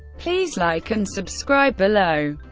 please like and subscribe below.